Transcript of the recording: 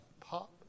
pop